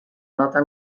nota